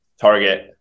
target